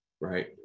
Right